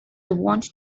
want